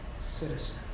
citizen